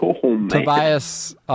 Tobias